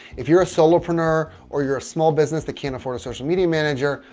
if you're a solopreneur or you're a small business that can't afford a social media manager,